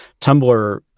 Tumblr